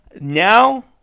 Now